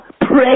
pray